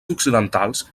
occidentals